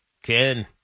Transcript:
Ken